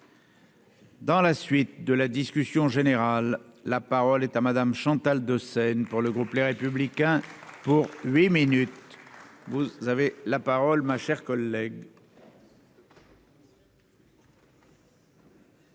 Dans la suite de la discussion générale, la parole est à madame Chantal de scène pour le groupe Les Républicains pour huit minutes, vous, vous avez la parole, ma chère collègue.